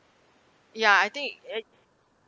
ya I think it